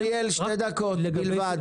אריאל, שתי דקות, בבקשה.